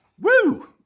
Woo